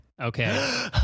Okay